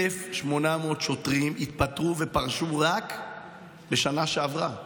1,800 שוטרים התפטרו ופרשו רק בשנה שעברה.